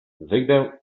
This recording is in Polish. wyjdę